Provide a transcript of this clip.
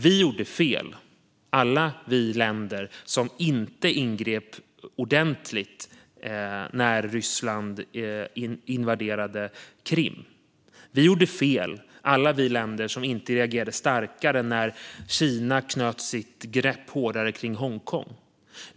Vi gjorde fel alla vi länder som inte ingrep ordentligt när Ryssland invaderade Krim. Vi gjorde fel alla vi länder som inte reagerade starkare när Kina tog ett hårdare grepp om Hongkong.